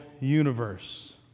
universe